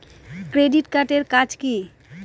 Credit card এর কাজ কি?